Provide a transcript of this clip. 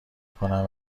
کنند